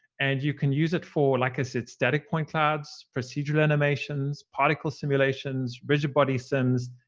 and you can use it for, like i said, static point clouds, procedural animations, particle simulations, rigid body sims,